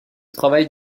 travail